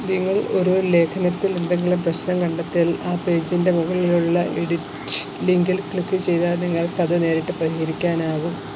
നിങ്ങൾ ഒരു ലേഖനത്തിൽ എന്തെങ്കിലും പ്രശ്നം കണ്ടെത്തിയാൽ ആ പേജിൻ്റെ മുകളിലുള്ള എഡിറ്റ് ലിങ്കിൽ ക്ലിക്ക് ചെയ്താൽ നിങ്ങൾക്ക് അത് നേരിട്ട് പരിഹരിക്കാനാകും